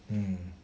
mmhmm